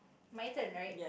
my turn right